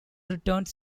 returns